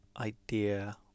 idea